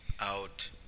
out